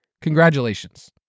Congratulations